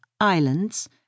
islands